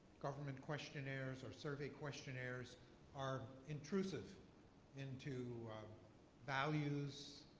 government questionnaires or survey questionnaires are intrusive into values,